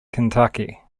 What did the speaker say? kentucky